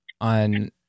on